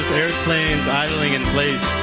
airplanes idling in place,